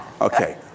Okay